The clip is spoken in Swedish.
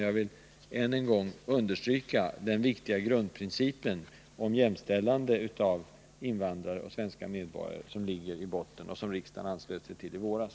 Jag vill än en gång understryka den viktiga grundprincipen att jämställa invandrare och svenska medborgare — en princip som ligger bakom förslaget och som riksdagen anslöt sig till i våras.